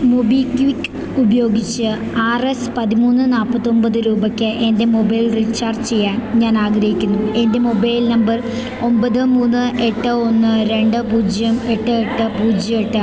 MobiKwik ഉപയോഗിച്ച് R S പതിമൂന്ന് നാല്പത്തി ഒന്പത് രൂപയ്ക്ക് എൻ്റെ മൊബൈൽ റീചാർജ് ചെയ്യാൻ ഞാനാഗ്രഹിക്കുന്നു എൻ്റെ മൊബൈൽ നമ്പർ ഒമ്പത് മൂന്ന് എട്ട് ഒന്ന് രണ്ട് പൂജ്യം എട്ട് എട്ട് പൂജ്യം എട്ട് ആണ്